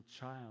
child